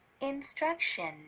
instruction